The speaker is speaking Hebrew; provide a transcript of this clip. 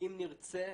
אם נרצה